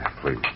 please